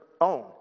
own